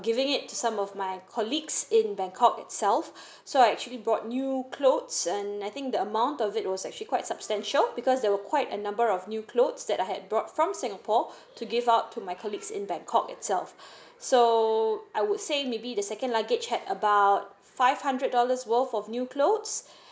giving it some of my colleagues in bangkok itself so I actually brought new clothes and I think the amount of it was actually quite substantial because there were quite a number of new clothes that I had brought from singapore to give up to my colleagues in bangkok itself so I would say maybe the second luggage had about five hundred dollars worth of new clothes